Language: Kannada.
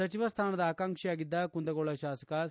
ಸಚಿವ ಸ್ಟಾನದ ಆಕಾಂಕ್ಷಿಯಾಗಿದ್ದ ಕುಂದಗೋಳ ಶಾಸಕ ಸಿ